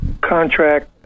contract